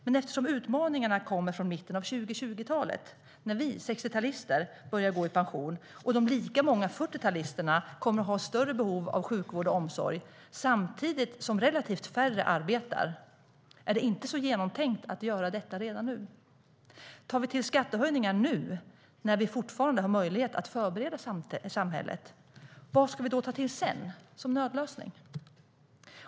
Men eftersom utmaningarna kommer från mitten av 2020-talet, när vi 60-talister börjar gå i pension och de lika många 40-talisterna kommer att ha ett större behov av sjukvård och omsorg, samtidigt som relativt färre arbetar, är det inte så genomtänkt att göra det redan nu. Tar vi till skattehöjningar nu, när vi fortfarande har möjlighet att förbereda samhället, vad ska vi då ta till sedan som nödlösning?